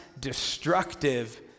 destructive